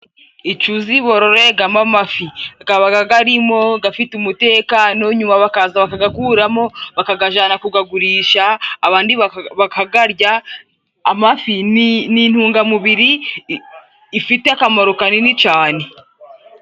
Icyuzi bororegamo amafi gakaba garimo gafite umutekano nyuma bakaza bakagakuramo bakakajana kugagurisha abandi bakagarya, amafi ni intungamubiri ifite akamaro kanini cane.